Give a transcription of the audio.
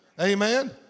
amen